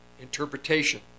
interpretation